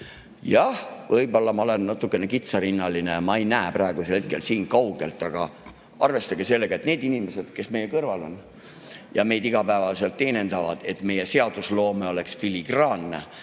Jah, võib-olla ma olen natuke kitsarinnaline, aga ma ei näe praegusel hetkel asju kaugelt. Arvestage sellega, et need inimesed, kes meie kõrval on ja meid igapäevaselt teenindavad, et meie seadusloome oleks filigraanne